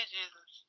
Jesus